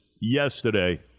yesterday